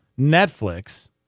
Netflix